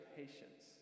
patience